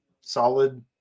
solid